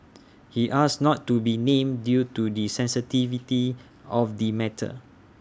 he asked not to be named due to the sensitivity of the matter